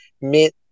meet